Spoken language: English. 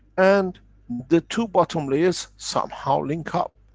and the two bottom layers somehow link up.